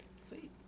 Sweet